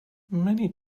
many